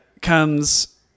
comes